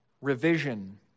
revision